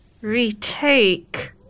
retake